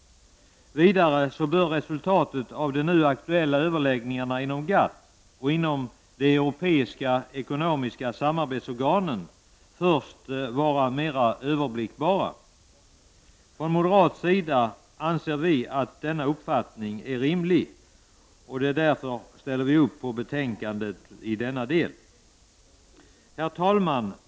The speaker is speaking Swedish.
Vidare bör resultaten av det nu aktuella överläggningarna inom GATT och inom de europeiska ekonomiska samarbetsorganen först vara mer överblickbara. Från moderat sida anser vi att denna uppfattning är rimlig, och därför ställer vi oss bakom förslag i betänkandet i denna del. Herr talman!